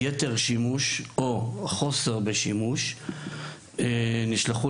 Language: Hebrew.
יתר או חוסר של שימוש במים, נשלחה